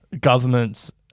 governments